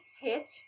hit